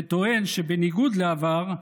וטוען שבניגוד לעבר,